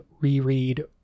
reread